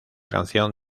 canción